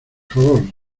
favor